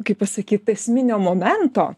kaip pasakyt esminio momento